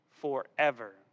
forever